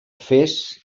fes